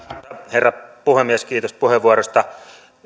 herra puhemies kiitos puheenvuorosta